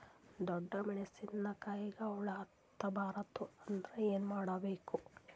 ಡೊಣ್ಣ ಮೆಣಸಿನ ಕಾಯಿಗ ಹುಳ ಹತ್ತ ಬಾರದು ಅಂದರ ಏನ ಮಾಡಬೇಕು?